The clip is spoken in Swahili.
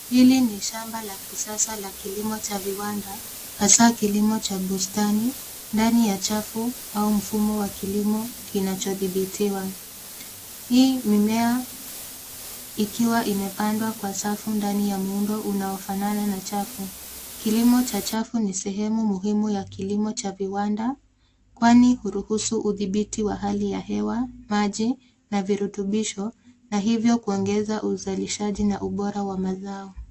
Hili ni shamba la kisasa la kilimo cha viwanda hasa kilimo cha bustani ndani ya chafu au mfumo wa kilimo kinachodhibitiwa. Hii mimea ikiwa imepandwa kwa safu ndani ya muundo unaofanana na chafu. Kilimo cha chafu ni sehemu muhimu ya kilimo cha viwanda kwani huruhusu udhibiti wa hali ya hewa, maji na virutubisho na hivyo kuongeza uzalishaji na ubora wa mazao.